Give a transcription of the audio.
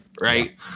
right